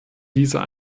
dieser